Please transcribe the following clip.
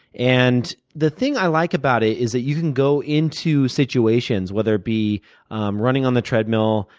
and the thing i like about it is that you can go into situations, whether it be running on the treadmill,